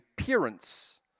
appearance